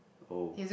oh